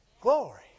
glory